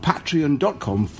Patreon.com